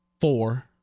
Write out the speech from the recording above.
four